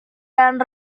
jalan